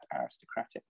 aristocratic